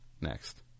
next